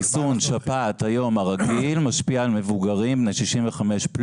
חיסון השפעת הרגיל משפיע על מבוגרים בני 65+